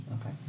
Okay